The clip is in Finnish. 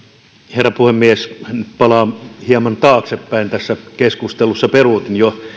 herra puhemies palaan hieman taaksepäin tässä keskustelussa ja peruutinkin jo